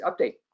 update